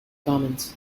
commons